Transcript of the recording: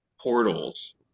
portals